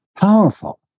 powerful